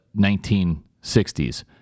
1960s